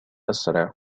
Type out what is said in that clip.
أسرع